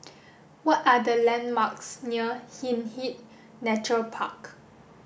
what are the landmarks near Hindhede Nature Park